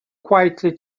quietly